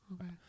Okay